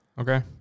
Okay